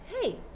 Hey